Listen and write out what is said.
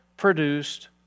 produced